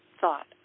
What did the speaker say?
thought